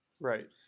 Right